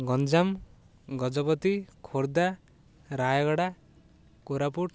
Ganjam Gajapati Khordha Rayagada Koraput